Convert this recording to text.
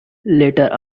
later